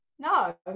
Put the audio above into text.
no